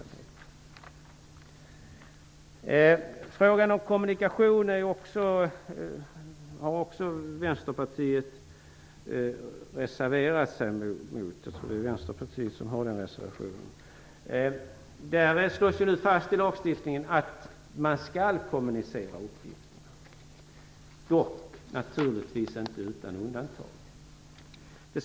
Också när det gäller frågan om kommunikation har Vänsterpartiet reserverat sig. Där slås det nu fast i lagstiftningen att man skall kommunicera uppgifterna, dock naturligtvis inte utan undantag.